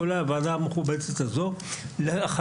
כולל הוועדה המכובדת הזו אי אפשר להנחות אותם; הם גופים